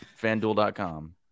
fanDuel.com